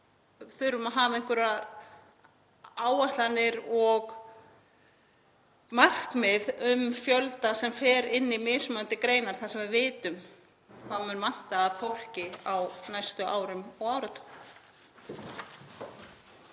þurfum að hafa einhverjar áætlanir og markmið um fjölda sem fer inn í mismunandi greinar þar sem við vitum hvað mun vanta af fólki á næstu árum og áratugum.